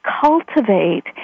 cultivate